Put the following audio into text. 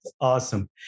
Awesome